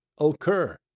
occur